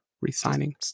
Resigning